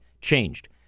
changed